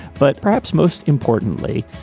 but perhaps most importantly,